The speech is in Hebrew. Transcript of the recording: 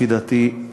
לפי דעתי,